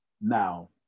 Now